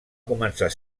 començar